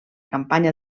campanya